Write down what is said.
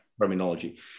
terminology